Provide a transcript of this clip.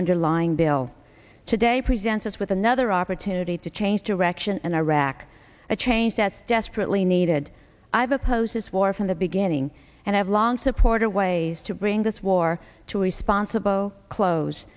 underlying bill today presents us with another opportunity to change direction in iraq a change that's desperately needed i've opposed this war from the beginning and i've long supported ways to bring this war to responsible clo